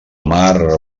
mar